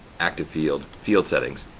active field, field settings,